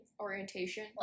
orientation